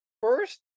First